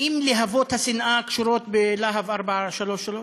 האם להבות השנאה קשורות ל"לה"ב 433"?